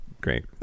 Great